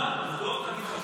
עובדות הכי חשוב.